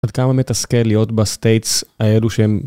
עד כמה מתסכל להיות בסטייטס, האלו שהם...